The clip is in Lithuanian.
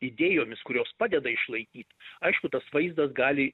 idėjomis kurios padeda išlaikyt aišku tas vaizdas gali